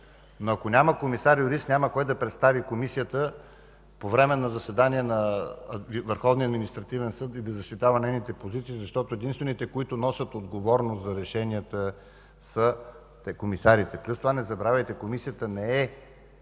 Но ако няма комисар-юрист, няма кой да представя Комисията по време на заседания на Върховния административен съд, за да защитава нейните позиции, защото единствените, които носят отговорност за решенията, са комисарите. Плюс това не забравяйте, че Комисията не е